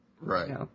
Right